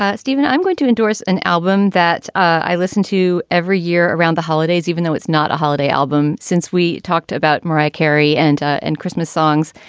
ah stephen, i'm going to endorse an album that i listen to every year around the holidays, even though it's not a holiday album. since we talked about mariah carey and and christmas songs.